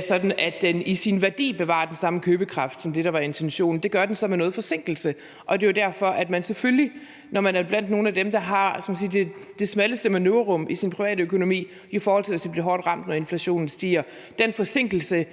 sådan at den i sin værdi bevarer den samme købekraft som det, der var intentionen. Det gør den så med noget forsinkelse, og det er jo derfor, man selvfølgelig, når man er blandt nogle af dem, der har, hvad skal man sige, det smalleste manøvrerum i sin privatøkonomi, bliver forholdsmæssig hårdt ramt, når inflationen stiger. Den forsinkelse